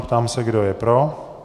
Ptám se, kdo je pro?